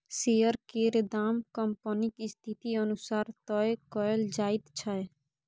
share केर दाम कंपनीक स्थिति अनुसार तय कएल जाइत छै